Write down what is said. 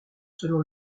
selon